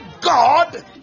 God